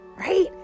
right